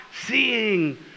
seeing